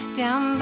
down